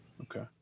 Okay